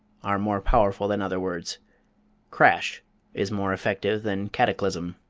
are more powerful than other words crash is more effective than cataclysm.